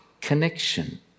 connection